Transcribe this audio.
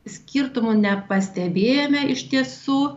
skirtumų nepastebėjome iš tiesų